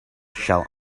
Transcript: shall